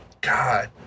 God